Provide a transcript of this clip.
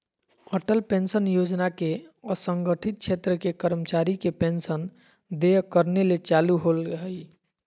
Atal pension योजना के असंगठित क्षेत्र के कर्मचारी के पेंशन देय करने ले चालू होल्हइ